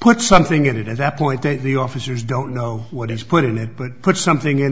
puts something in it at that point that the officers don't know what is put in it but put something in